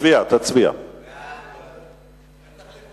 ההצעה להעביר את הצעת